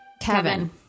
Kevin